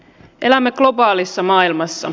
elämme globaalissa maailmassa